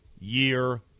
year